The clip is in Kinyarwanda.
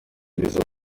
biza